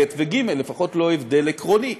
ב' וג' לפחות לא הבדל עקרוני.